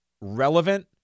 relevant